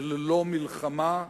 של לא-מלחמה,